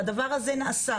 והדבר הזה נעשה.